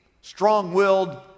strong-willed